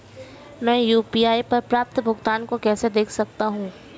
मैं यू.पी.आई पर प्राप्त भुगतान को कैसे देख सकता हूं?